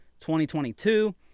2022